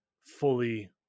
fully